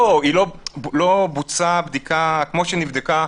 לא, לא בוצעה בדיקה כפי שנבדקו